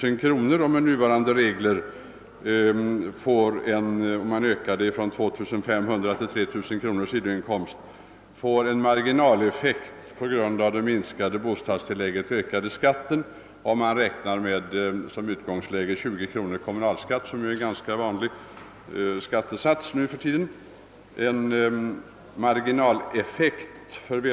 En ökning av sidoinkomsten från 2500 till 3000 kronor kan med nuvarande regler få en marginaleffekt i minskade samlade förmåner och skatteökning av 146 procent på grund av minskat bostadstillägg och ökat skatteuttag.